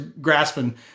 grasping